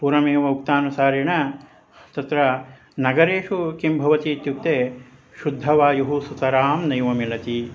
पूर्वमेव उक्तानुसारेण तत्र नगरेषु किं भवति इत्युक्ते शुद्धवायुः सुतरां नैव मिलति